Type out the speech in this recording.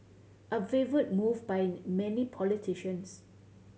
a favoured move by many politicians